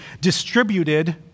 distributed